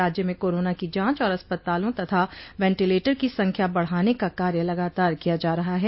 राज्य में कोरोना की जांच और अस्पतालों तथा वेंटीलेटर की संख्या बढ़ाने का कार्य लगातार किया जा रहा है